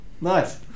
nice